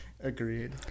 Agreed